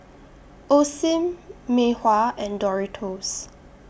Osim Mei Hua and Doritos